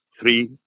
three